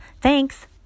Thanks